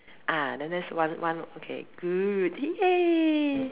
ah then that's one one okay good !yay!